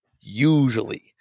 usually